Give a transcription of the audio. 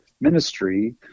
ministry